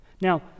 Now